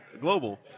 global